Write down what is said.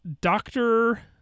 Doctor